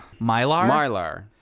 Mylar